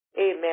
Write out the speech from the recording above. Amen